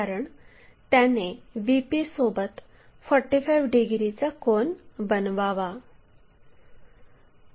कारण त्याने VP सोबत 45 डिग्रीचा कोन बनवावा